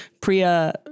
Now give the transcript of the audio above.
Priya